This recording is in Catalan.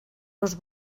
los